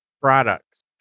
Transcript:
products